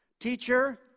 Teacher